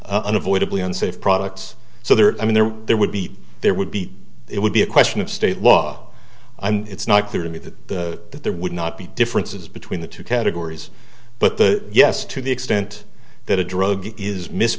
are unavoidably unsafe products so there are i mean there there would be there would be it would be a question of state law and it's not clear to me that the that there would not be differences between the two categories but the yes to the extent that a drug is mis